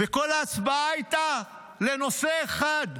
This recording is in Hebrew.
וכל ההצבעה הייתה לנושא אחד: